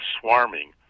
swarming